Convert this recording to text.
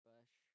Bush